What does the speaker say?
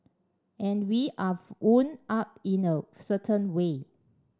and we are wound up in know certain way